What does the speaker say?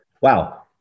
wow